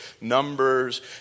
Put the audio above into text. numbers